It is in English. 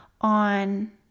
on